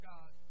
God